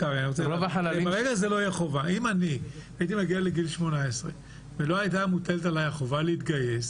אם אני הייתי מגיע לגיל 18 ולא הייתה מוטלת עלי החובה להתגייס,